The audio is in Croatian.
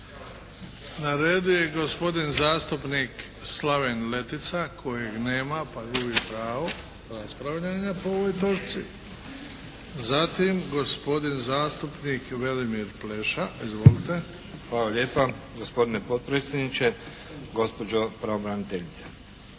Na redu je gospodin zastupnik Slaven Letica kojeg nema, pa gubi pravo raspravljanja po ovoj točci. Zatim, gospodin zastupnik Velimir Pleša. Izvolite! **Pleša, Velimir (HDZ)** Hvala lijepa gospodine potpredsjedniče, gospođo pravobraniteljice.